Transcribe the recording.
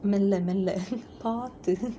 மெல்ல மெல்ல பாத்து:mella mella paathu